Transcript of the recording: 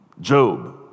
Job